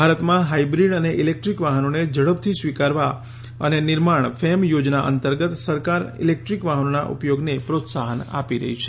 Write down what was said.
ભારતમાં હાઇબ્રિડ અને ઇલેક્ટ્રિક વાહનોને ઝડપથી સ્વીકારવા અને નિર્માણ ફેમ યોજના અંતર્ગત સરકાર ઇલેક્ટ્રિક વાહનોના ઉપયોગને પ્રોત્સાહન આપી રહી છે